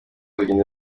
urugendo